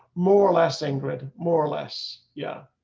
more or less, ingrid, more or less. yeah,